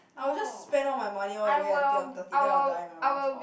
I'll just spend all my money all the way until I'm thirty then I'll die in my mum's house